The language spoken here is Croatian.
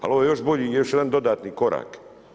Ali ovo je još bolji i još jedan dodatni korak.